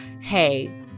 hey